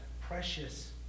precious